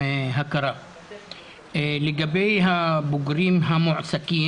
למשל כשחסר לנו תקנים,